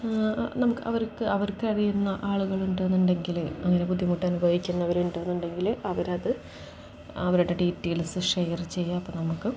നമുക്ക് അവർക്ക് അവർക്കറിയുന്ന ആളുകളുണ്ട് എന്നുണ്ടെങ്കിൽ അങ്ങനെ ബുദ്ധിമുട്ട് അനുഭവിക്കുന്നവരുണ്ടെന്നുണ്ടെങ്കിൽ അവരത് അവരുടെ ഡീറ്റെയിൽസ് ഷെയർ ചെയ്യാം അപ്പം നമുക്ക്